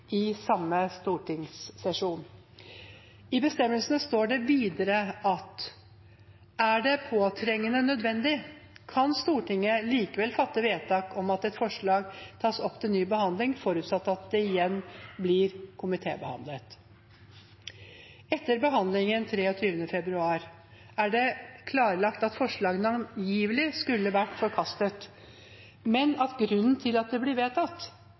i samme stortingssesjon.» I bestemmelsene står det videre: «Er det påtrengende nødvendig, kan Stortinget likevel fatte vedtak om at et forslag tas opp til ny behandling, forutsatt at det igjen blir komitébehandlet.» Etter behandlingen den 23. februar er det klarlagt at forslagene angivelig skulle vært forkastet, men at grunnen til at de ble vedtatt